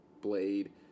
Blade